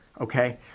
okay